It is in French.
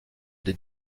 des